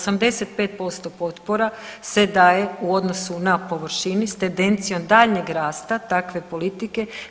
85% potpora se daje u odnosu na površini s tendencijom daljnjeg rasta takve politike.